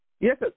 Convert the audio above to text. Yes